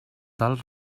tal